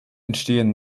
entstehen